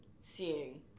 seeing